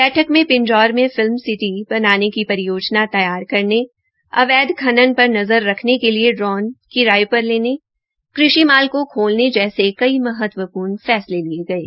बैठक में पिंजौर में फिल्म सिठी बनाने की परियोजना तैयार करने अवैध खनन पर नज़र रखने के लिए ड्रोन किराये पर लेने कृषि माल को खोलने जैसे कई महत्वपूर्ण फैसले लिये गये